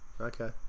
Okay